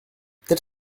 telles